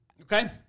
Okay